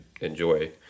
enjoy